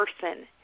person